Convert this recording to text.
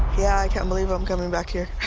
yeah, i can't believe i'm coming back here